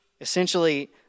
Essentially